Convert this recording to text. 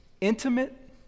Intimate